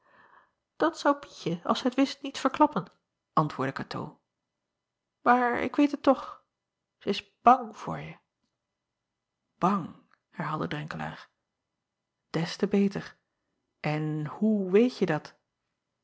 at zou ietje als zij t wist niet verklappen antwoordde atoo maar ik weet het toch ij is bang voor je ang herhaalde renkelaer des te beter en hoe weetje dat